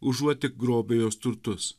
užuot tik grobę jos turtus